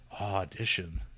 Audition